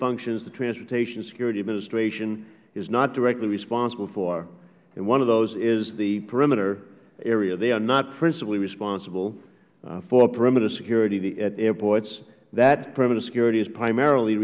functions the transportation security administration is not directly responsible for and one of those is the perimeter area they are not principally responsible for perimeter security at airports that perimeter security is primarily